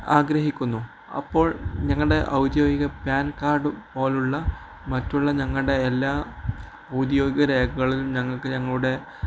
ആഗ്രഹിക്കുന്നു അപ്പോൾ ഞങ്ങളുടെ ഔദ്യോഗിക പാൻ കാർഡ് പോലെയുള്ള മറ്റുള്ള ഞങ്ങളുടെ എല്ലാ ഔദ്യോഗിക രേഖകളിലും ഞങ്ങൾക്ക് ഞങ്ങളുടെ